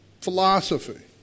philosophy